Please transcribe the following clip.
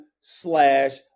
slash